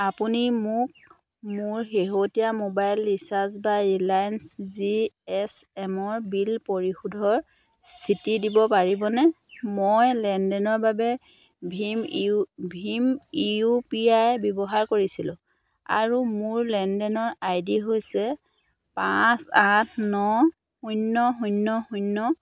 আপুনি মোক মোৰ শেহতীয়া মোবাইল ৰিচাৰ্জ বা ৰিলায়েন্স জি এছ এমৰ বিল পৰিশোধৰ স্থিতি দিব পাৰিবনে মই লেনদেনৰ বাবে ভীম ভীম ইউ পি আই ব্যৱহাৰ কৰিছিলো আৰু মোৰ লেনদেনৰ আইডি হৈছে পাঁচ আঠ ন শূন্য শূন্য শূন্য